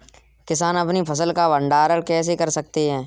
किसान अपनी फसल का भंडारण कैसे कर सकते हैं?